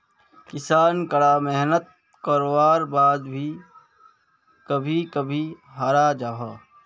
किसान करा मेहनात कारवार बाद भी कभी कभी हारे जाहा